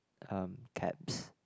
um cabs